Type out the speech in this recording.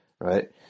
right